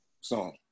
song